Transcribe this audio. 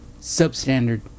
substandard